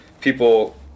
people